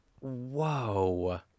Whoa